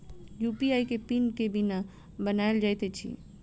UPI केँ PIN केना बनायल जाइत अछि